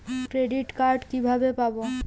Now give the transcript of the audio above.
Credit card কিভাবে পাব?